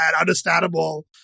understandable